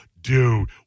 dude